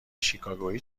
شیکاگویی